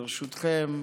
ברשותכם,